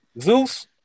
Zeus